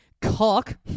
cock